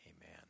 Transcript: Amen